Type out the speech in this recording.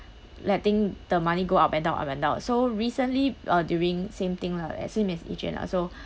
letting the money go up and down up and down so recently uh during same thing lah as same as eugene lah so